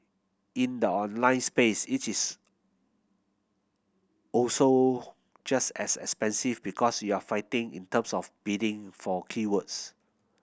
in the online space it is also just as expensive because you're fighting in terms of bidding for keywords